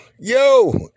yo